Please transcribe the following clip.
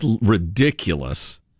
ridiculous